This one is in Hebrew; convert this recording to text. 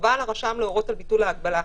חובה על הרשם להורות על ביטול ההגבלה.